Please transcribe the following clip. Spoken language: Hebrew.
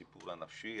הסיפור הנפשי,